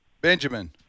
Benjamin